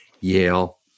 Yale